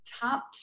Top